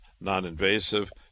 non-invasive